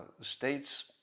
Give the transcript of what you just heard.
states